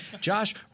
Josh